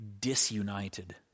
disunited